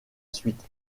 suite